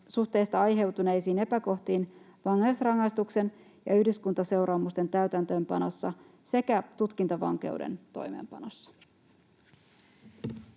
aiheutuneisiin epäkohtiin vankeusrangaistuksen ja yhdyskuntaseuraamusten täytäntöönpanossa sekä tutkintavankeuden toimeenpanossa.